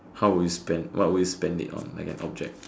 how would you spend what would you spend it on like a object